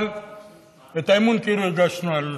אבל את האי-אמון הגשנו על